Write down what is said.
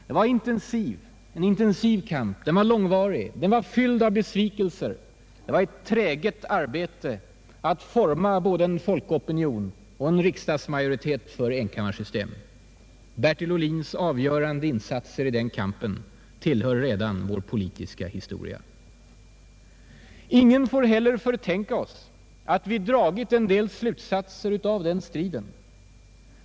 Det var en intensiv kamp, långvarig, fylld med besvikelser, det var ett träget arbete att forma både en folkopinion och en riksdagsmajoritet för enkammarsystem. Bertil Ohlins avgörande insatser i der kampen tillhör redan vår politiska historia. Ingen får heller förtänka oss att vi dragit en del slutsatser av den striden.